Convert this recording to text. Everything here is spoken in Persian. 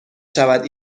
شود